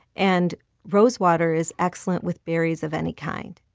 and rose water is excellent with berries of any kind.